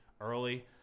early